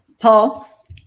Paul